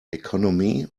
economy